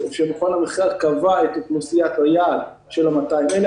מכון המחקר קבע את אוכלוסיית היעד של ה-200,000.